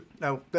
No